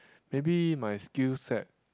maybe my skillset